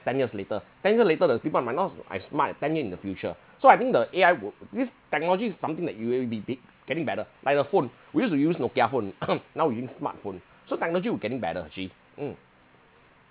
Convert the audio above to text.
ten years later ten years later the people might not as smart as ten years in the future so I think the A_I would this technology is something that it will be big getting better like a phone we used to use nokia phone now we use smartphone so technology will getting better actually mm